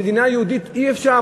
במדינה יהודית אי-אפשר.